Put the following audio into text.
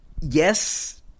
Yes